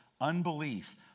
unbelief